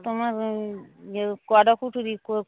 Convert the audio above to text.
তোমার এ কটা কুঠুরি কো